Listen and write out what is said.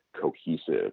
cohesive